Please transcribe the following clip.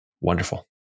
wonderful